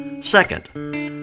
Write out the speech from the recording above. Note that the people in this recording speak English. Second